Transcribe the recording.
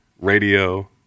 radio